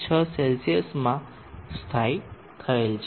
60C માં સ્થાયી થયેલ છે